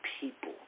people